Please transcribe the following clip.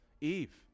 Eve